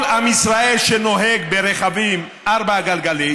כל עם ישראל שנוהג ברכבים ארבע-גלגליים,